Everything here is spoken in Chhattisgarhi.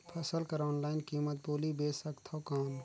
फसल कर ऑनलाइन कीमत बोली बेच सकथव कौन?